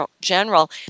General